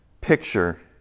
picture